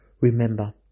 Remember